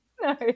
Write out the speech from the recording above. No